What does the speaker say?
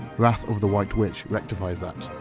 wrath of the white witch rectifies that.